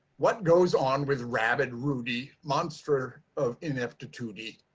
what goes on with rabid rudy, monster of ineptitude-y.